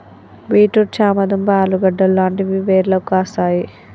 beet root చామ దుంప ఆలుగడ్డలు లాంటివి వేర్లకు కాస్తాయి